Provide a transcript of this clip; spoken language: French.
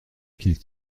qu’il